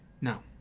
No